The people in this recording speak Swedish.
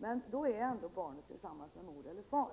Men då är ändå barnet tillsammans med mor eller far.